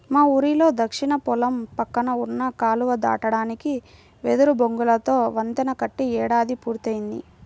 మా ఊరిలో దక్షిణ పొలం పక్కన ఉన్న కాలువ దాటడానికి వెదురు బొంగులతో వంతెన కట్టి ఏడాది పూర్తయ్యింది